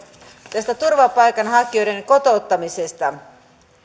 tästä turvapaikanhakijoiden kotouttamisesta